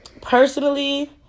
Personally